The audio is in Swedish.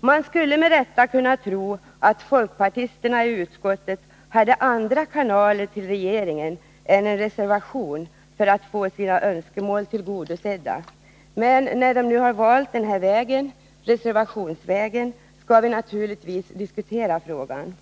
Man skulle med rätta kunna tro att folkpartisterna i utskottet hade andra kanaler till regeringen än en reservation för att få sina önskemål tillgodosedda. Men när de nu har valt den här vägen — reservationsvägen — skall vi naturligtvis diskutera frågan.